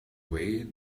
way